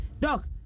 Doc